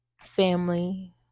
family